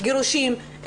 גירושין,